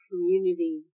community